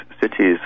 cities